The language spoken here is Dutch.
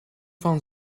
van